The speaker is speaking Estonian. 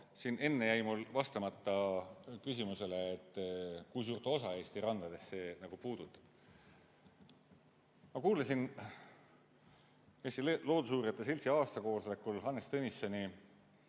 Siin enne jäi mul vastamata küsimusele, kui suurt osa Eesti randadest see puudutab. Ma kuulasin Eesti Looduseuurijate Seltsi aastakoosolekul Hannes Tõnissoni